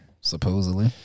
supposedly